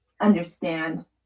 understand